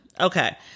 Okay